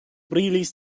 brilis